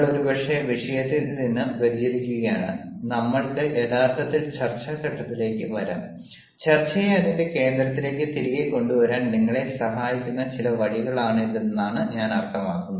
നമ്മൾ ഒരുപക്ഷേ വിഷയത്തിൽ നിന്ന് വ്യതിചലിക്കുകയാണ് നമ്മൾക്ക് യഥാർത്ഥ ചർച്ചാ ഘട്ടത്തിലേക്ക് വരാം ചർച്ചയെ അതിന്റെ കേന്ദ്രത്തിലേക്ക് തിരികെ കൊണ്ടുവരാൻ നിങ്ങളെ സഹായിക്കുന്ന ചില വഴികളാണിതെന്നാണ് ഞാൻ അർത്ഥമാക്കുന്നു